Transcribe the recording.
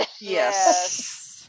Yes